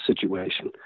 situation